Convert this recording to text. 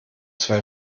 zwei